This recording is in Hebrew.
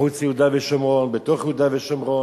מחוץ ליהודה ושומרון, בתוך יהודה ושומרון,